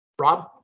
Rob